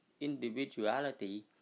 individuality